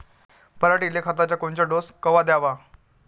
पऱ्हाटीले खताचा कोनचा डोस कवा द्याव?